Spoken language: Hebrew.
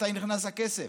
מתי נכנס הכסף?